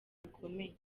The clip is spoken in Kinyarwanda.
bikomeye